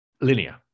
linear